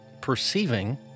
perceiving